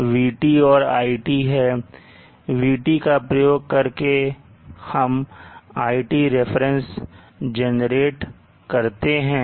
इस vT का प्रयोग करके हम iT reference जनरेट करते हैं